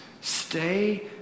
stay